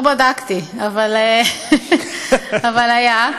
לא בדקתי, אבל היה.